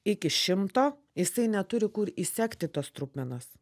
iki šimto jisai neturi kur įsekti tos trupmenos